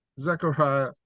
Zechariah